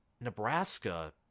Nebraska